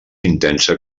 intensa